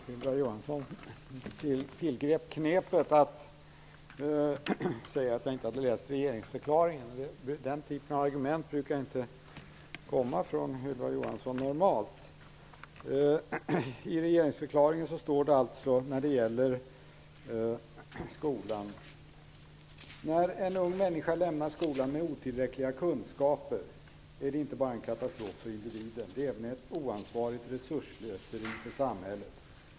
Fru talman! Ylva Johansson tillgrep knepet att säga att jag inte hade läst regeringsförklaringen. Den typen av argument brukar inte komma från henne. I regeringsförklaringen står det när det gäller skolan: "När en ung människa lämnar skolan med otillräckliga kunskaper är det inte bara en katastrof för individen. Det är även ett oansvarigt resursslöseri för samhället.